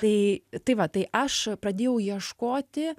tai tai va tai aš pradėjau ieškoti